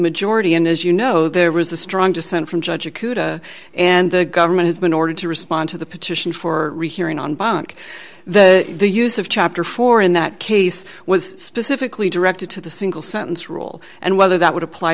majority and as you know there was a strong dissent from judge a khuda and the government has been ordered to respond to the petition for rehearing on bunk the the use of chapter four in that case was specifically directed to the single sentence rule and whether that would apply